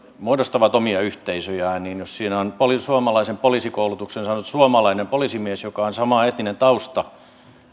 muodostavat omia yhteisöjään ja jos siinä on suomalaisen poliisikoulutuksen saanut suomalainen poliisimies jolla on sama etninen tausta